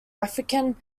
african